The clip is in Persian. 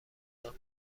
کنم